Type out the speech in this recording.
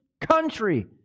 country